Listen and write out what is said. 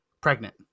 pregnant